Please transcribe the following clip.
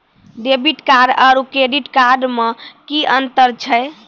Debit card आरू credit card मे कि अन्तर छैक?